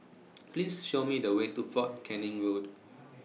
Please Show Me The Way to Fort Canning Road